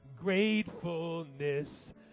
Gratefulness